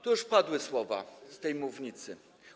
Tu już padły słowa z tej mównicy.